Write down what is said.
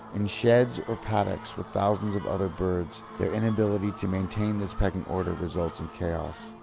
in sheds or paddocks with thousands of other birds, their inability to maintain this pecking order results in chaos.